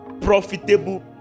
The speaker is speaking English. Profitable